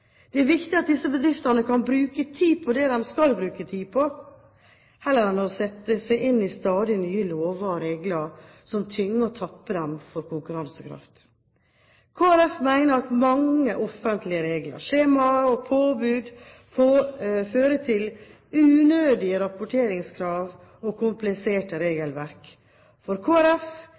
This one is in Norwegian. Det er viktig at disse bedriftene kan bruke tid på det de skal bruke tid på, heller enn å sette seg inn i stadig nye lover og regler som tynger og tapper dem for konkurransekraft. Kristelig Folkeparti mener at mange offentlige regler, skjemaer og påbud fører til unødige rapporteringskrav og kompliserte regelverk. For